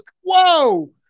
Whoa